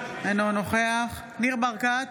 אינו נוכח ניר ברקת,